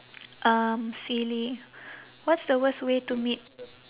um silly what's the worst way to meet